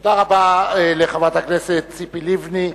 תודה רבה לחברת הכנסת ציפי לבני,